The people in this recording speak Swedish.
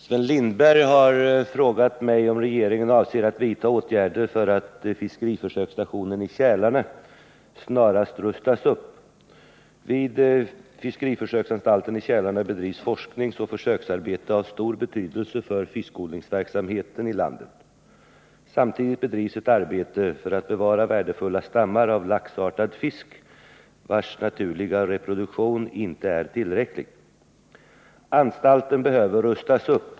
Herr talman! Sven Lindberg har frågat mig om regeringen avser att vidta åtgärder för att fiskeriförsöksstationen i Kälarne snarast rustas upp. Vid fiskeriförsöksanstalten i Kälarne bedrivs forskningsoch försöksarbete av stor betydelse för fiskodlingsverksamheten i landet. Samtidigt bedrivs ett arbete för att bevara värdefulla stammar av laxartad fisk, vars naturliga reproduktion inte är tillräcklig. Anstalten behöver rustas upp.